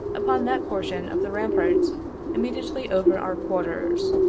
upon that portion of the ramparts immediately over our quarters.